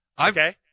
okay